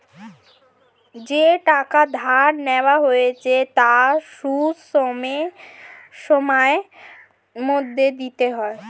যেই টাকা ধার নেওয়া হয়েছে তার সুদ সময়ের মধ্যে দিতে হয়